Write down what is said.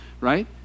right